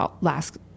last